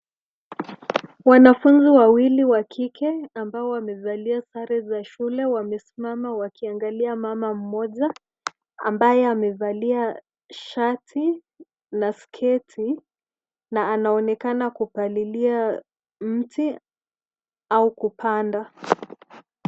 Wanafunzi wawili wa kike ambao wamevalia sare za shule wamesimama wakiangalia mama mmoja ambaye amevalia shati na sketi na anaonekana kupalilia mti au kupanda.